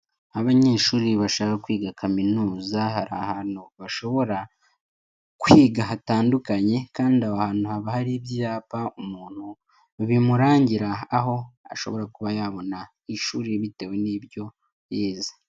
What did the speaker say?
Abanyeshuri bashaka kwiga kaminuza hari ahantu bashobora kwiga hatandukanye kandi aho hantu haba hari ibyapa umuntu bimurangira aho ashobora kuba yabona ishuri bitewe n'ibyo yize.